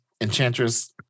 Enchantress